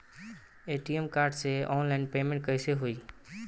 ATM card से online payment कैसे होई?